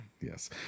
Yes